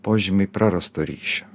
požymiai prarasto ryšio